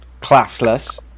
classless